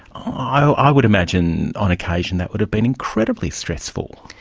i would imagine on occasion that would have been incredibly stressful.